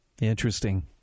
Interesting